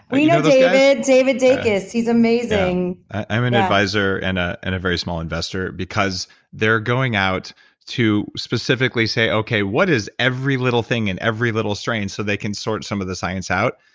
we know david, david dacus. he's amazing i'm an advisor and ah and a very small investor because they're going out to specifically say okay, what is every little thing in every little strain so they can sort some of the science out.